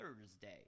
Thursday